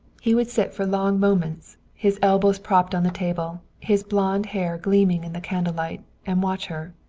he would sit for long moments, his elbows propped on the table, his blond hair gleaming in the candlelight, and watch her.